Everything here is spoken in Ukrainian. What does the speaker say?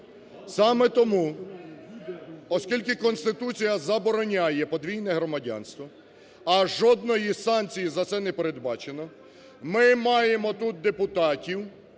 Саме тому, оскільки Конституція забороняє подвійне громадянство, а жодної санкції за це не передбачено, ми маємо тут депутатів,